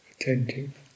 attentive